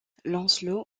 lancelot